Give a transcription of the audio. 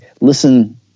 Listen